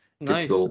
nice